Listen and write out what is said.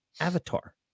avatar